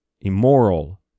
immoral